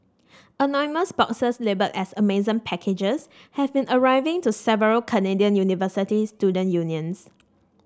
anonymous boxes labelled as Amazon packages have been arriving to several Canadian university student unions